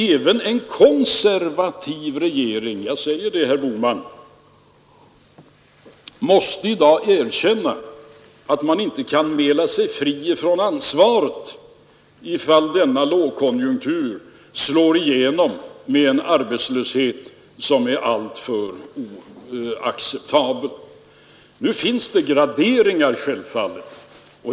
Även en konservativ regering — jag säger det, herr Bohman — måste i dag erkänna att man inte kan mäla sig fri från ansvaret, om lågkonjunkturen slår igenom i en oacceptabel arbetslöshet. Nu finns det självfallet graderingar där.